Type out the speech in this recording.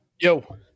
Yo